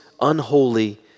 unholy